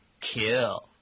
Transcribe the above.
Kill